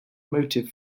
motive